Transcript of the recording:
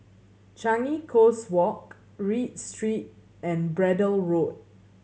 Changi Coast Walk Read Street and Braddell Road